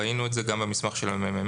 ראינו את זה גם במסמך של מרכז המחקר והמידע